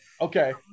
Okay